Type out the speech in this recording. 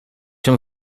się